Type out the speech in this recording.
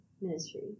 ministry